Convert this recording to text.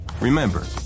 Remember